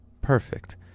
perfect